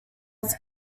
its